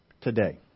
today